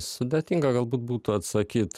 sudėtinga galbūt būtų atsakyt